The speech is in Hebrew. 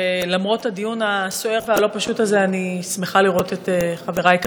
למרות הדיון הסוער והלא-פשוט הזה אני שמחה לראות את חבריי כאן,